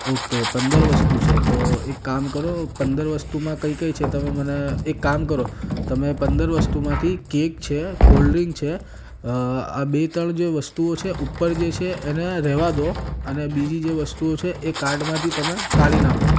okay પંદર વસ્તુ છે તો એક કામ કરો પંદર વસ્તુમાં કઈ કઈ છે તમે મને એક કામ કરો તમે પંદર વસ્તુમાંથી કેક છે કોલ્ડ્રિંક છે અ આ બે ત્રણ જે વસ્તુઓ છે ઉપર જે છે એને રહેવા દો અને બીજી જે વસ્તુઓ છે એ કાર્ટમાંથી તમે કાઢી નાખો